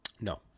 No